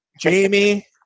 Jamie